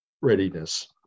readiness